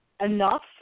enough